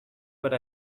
but